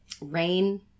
Rain